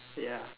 ya